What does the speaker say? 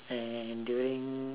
and during